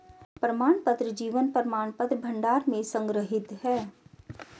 प्रमाणपत्र जीवन प्रमाणपत्र भंडार में संग्रहीत हैं